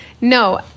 No